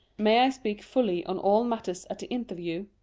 may i speak fully on all matters at the interview?